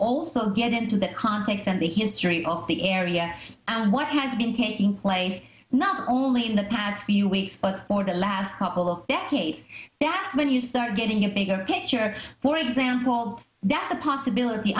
also get into that context and the history of the area and what has been taking place not only in the past few weeks but for the last couple of decades that's when you start getting a bigger picture for example that's a possibility